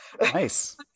nice